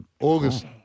August